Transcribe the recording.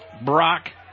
Brock